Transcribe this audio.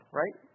right